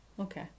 Okay